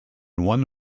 one